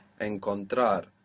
Encontrar